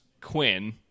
Quinn